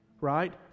Right